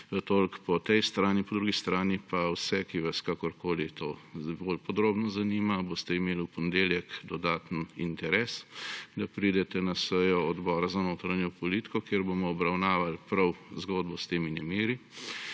Toliko po tej strani. Po drugi strani pa vse, ki vas kakorkoli to bolj podrobno zanima, boste imeli v ponedeljek dodaten interes, da pridete na sejo Odbora za notranjo politiko, kjer bomo obravnavali prav zgodbo s temi nemiri.